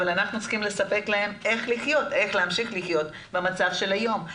אבל אנחנו צריכים לספק להם איך להמשיך לחיות במצב של היום.